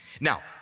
Now